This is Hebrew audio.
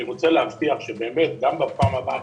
אני רוצה להבטיח שבאמת גם בפעם הבאה,